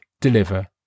deliver